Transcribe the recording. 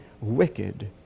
wicked